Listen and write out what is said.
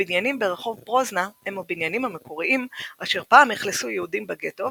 הבניינים ברחוב פרוזנה הם הבניינים המקוריים אשר פעם אכלסו יהודים בגטו,